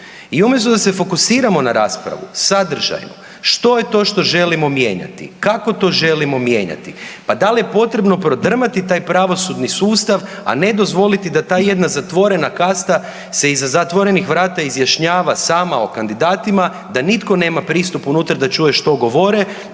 I umjesto da se fokusiramo na raspravu, sadržaj, što je to što želimo mijenjati, kako to želimo mijenjati, pa da li je potrebno prodrmati taj pravosudni sustav, a ne dozvoliti da ta jedna zatvorena kasta se iza zatvorenih vrata izjašnjava sama o kandidatima da nitko nema pristup unutra da čuje što govore